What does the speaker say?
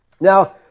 Now